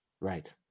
Right